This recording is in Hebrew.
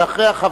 ואחריה,